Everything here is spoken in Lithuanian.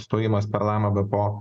stojimas per lama bpo